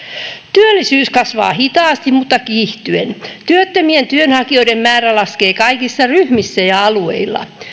työllisyys kasvaa hitaasti mutta kiihtyen työttömien työnhakijoiden määrä laskee kaikissa ryhmissä ja alueilla